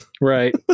right